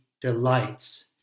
delights